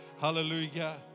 Hallelujah